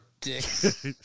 dicks